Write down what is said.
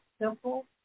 simple